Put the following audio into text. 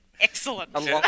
Excellent